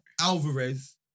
Alvarez